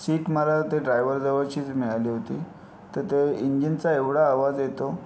seat मला ते driver जवळचीच मिळाली होती तर ते इंजिनचा एवढा आवाज येतो